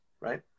right